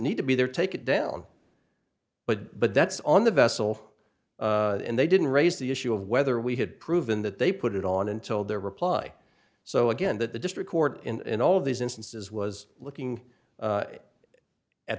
need to be there take it down but but that's on the vessel and they didn't raise the issue of whether we had proven that they put it on and told their reply so again that the district court in all of these instances was looking